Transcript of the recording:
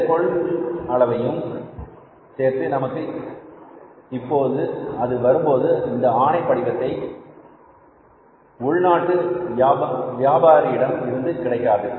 இந்த கொள்ளளவையும் சேர்த்து நமக்கு எப்போது அது வரும் போது இந்த ஆணை படிவத்தை நாட்டு வியாபாரியிடம் இருந்து கிடைக்காது